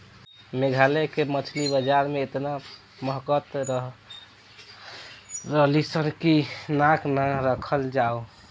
मेघालय के मछली बाजार में एतना महकत रलीसन की नाक ना राखल जाओ